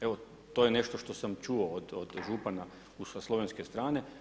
Evo to je nešto što sam čuo od župana sa slovenske strane.